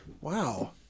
wow